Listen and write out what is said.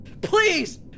Please